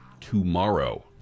tomorrow